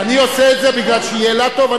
אני עושה את זה בגלל שיהיה לה טוב?